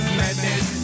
madness